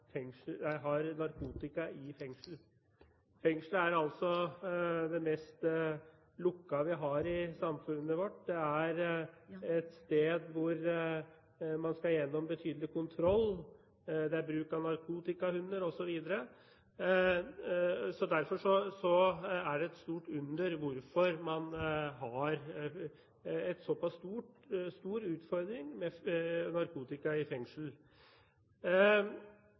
narkotika i fengsel. Fengslet er det mest lukkede vi har i samfunnet vårt. Det er et sted hvor man skal gjennom betydelig kontroll – det er bruk av narkotikahunder, osv. Derfor er det et stort under hvorfor man har en såpass stor utfordring med narkotika i fengsel.